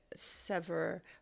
sever